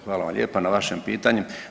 Hvala vam lijepa na vašem pitanju.